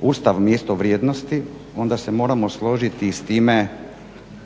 Ustav mjesto vrijednosti, onda se moramo složiti i s time